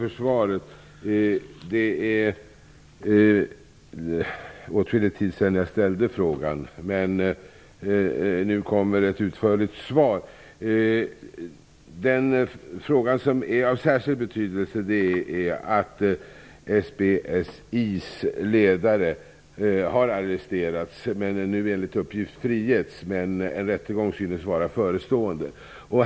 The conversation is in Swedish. Fru talman! Jag tackar för svaret. Det är åtskillig tid sedan jag ställde frågan, men nu kommer ett utförligt svar. Av särskild betydelse är att SBSI:s ledare har arresterats. Han har nu enligt uppgift frigetts, men en rättegång synes vara förestående.